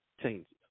changes